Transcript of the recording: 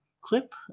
clip